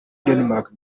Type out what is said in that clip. danemark